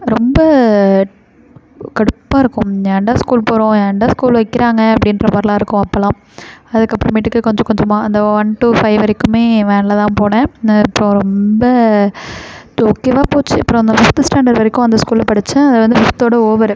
ரொம்ப கடுப்பாயிருக்கும் ஏன்டா ஸ்கூல் போகிறோம் ஏன்டா ஸ்கூல் வைக்கிறாங்க அப்படின்ற மாதிரிலாம் இருக்கும் அப்போலாம் அதுக்கு அப்புறமேட்டுக்கு கொஞ்சம் கொஞ்சமாக அந்த ஒன் டு ஃபைவ் வரைக்குமே வேனில் தான் போனேன் நான் அப்போ ரொம்ப ஓகேவாக போச்சு அப்புறம் அந்த ஃபிஃப்த்து ஸ்டாண்டர்ட் வரைக்கும் அந்த ஸ்கூலில் படித்தேன் அது வந்து ஃபிஃப்த்தோடு ஓவரு